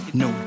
no